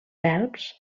verbs